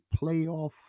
playoff